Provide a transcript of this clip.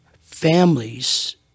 families